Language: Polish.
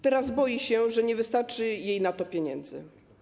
Teraz boję się, że nie wystarczy mi na to pieniędzy.